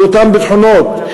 באותם ביטחונות,